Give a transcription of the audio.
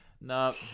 No